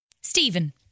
Stephen